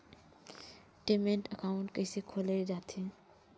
Demat account कइसे खोले जाथे?